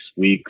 weeks